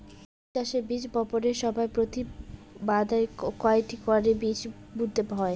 সিম চাষে বীজ বপনের সময় প্রতি মাদায় কয়টি করে বীজ বুনতে হয়?